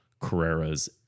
Carrera's